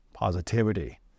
positivity